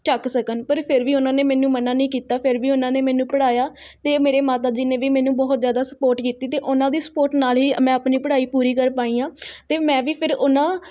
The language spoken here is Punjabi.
ਚੱਕ ਸਕਣ ਪਰ ਫ਼ਿਰ ਵੀ ਉਹਨਾਂ ਨੇ ਮੈਨੂੰ ਮਨ੍ਹਾਂ ਨਹੀਂ ਕੀਤਾ ਫਿਰ ਵੀ ਉਹਨਾਂ ਨੇ ਮੈਨੂੰ ਪੜ੍ਹਾਇਆ ਅਤੇ ਮੇਰੇ ਮਾਤਾ ਜੀ ਨੇ ਵੀ ਮੈਨੂੰ ਬਹੁਤ ਜ਼ਿਆਦਾ ਸਪੋਰਟ ਕੀਤੀ ਅਤੇ ਉਹਨਾਂ ਦੀ ਸਪੋਰਟ ਨਾਲ ਹੀ ਮੈਂ ਆਪਣੀ ਪੜ੍ਹਾਈ ਪੂਰੀ ਕਰ ਪਾਈ ਹਾਂ ਅਤੇ ਮੈਂ ਵੀ ਫ਼ਿਰ ਉਹਨਾਂ